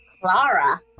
Clara